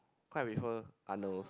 cause I prefer Arnold's